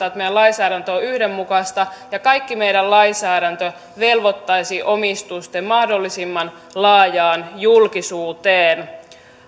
että meidän lainsäädäntö on yhdenmukaista ja kaikki meidän lainsäädäntö velvoittaisi omistusten mahdollisimman laajaan julkisuuteen